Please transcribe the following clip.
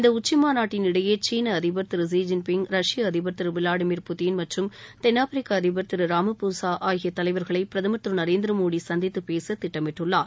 இந்த உச்சிமாநாட்டின் இடையே சீன அதிபர் திரு ஜி ஜின் பிங் ரஷ்ய அதிபர் திரு விளாடிமீர் புட்டின் மற்றும் தென்னாப்பிரிக்க அதிபர் திரு ராமபூசா ஆகிய தலைவர்களை பிரதமர் திரு நரேந்திரமோடி சந்தித்து பேச திட்டமிட்டுள்ளார்